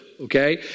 Okay